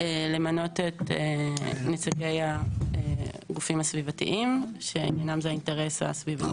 למנות את נציגי הגופים הסביבתיים שעניינם זה האינטרס הסביבתי.